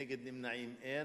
נגד ונמנעים, אין.